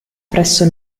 presso